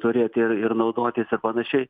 turėti ir ir naudotis ir panašiai